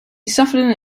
suffered